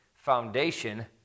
foundation